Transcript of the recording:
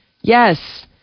yes